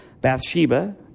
Bathsheba